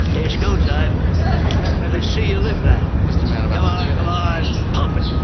it showtime has she alleged that mr. mann of um ah and the line puppet